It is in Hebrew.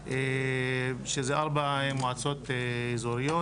שאלו ארבע מועצות אזוריות.